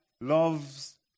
loves